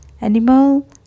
animal